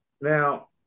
Now